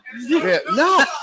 no